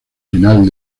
final